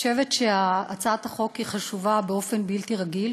אני חושבת שהצעת החוק היא חשובה באופן בלתי רגיל,